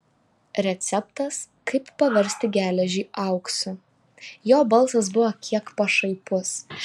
receptas kaip paversti geležį auksu jo balsas buvo kiek pašaipus